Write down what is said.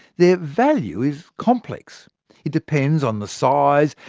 their value is complex it depends on the size,